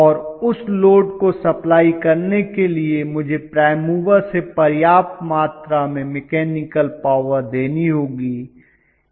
और उस लोड को सप्लाई करने के लिए मुझे प्राइम मूवर से पर्याप्त मात्रा में मैकेनिकल पावर देनी होगी यह इससे संबंधित है